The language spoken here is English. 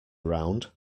around